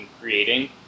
creating